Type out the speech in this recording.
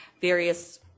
various